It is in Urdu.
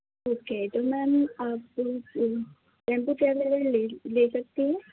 اوکے تو میم آپ کو ٹیمپو چیئر لے سکتی ہیں